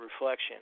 reflection